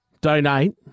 Donate